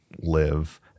live